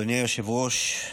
אדוני היושב-ראש,